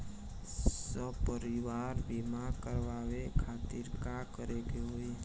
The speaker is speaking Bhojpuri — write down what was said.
सपरिवार बीमा करवावे खातिर का करे के होई?